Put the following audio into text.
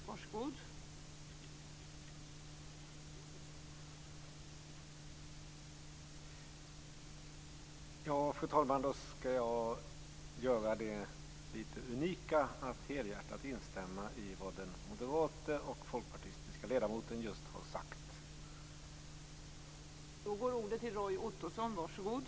Fru talman! Då skall jag göra det litet unika att helhjärtat instämma i vad den moderata och den folkpartistiska ledamoten just har sagt.